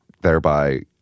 thereby